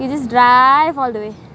you just drive all the way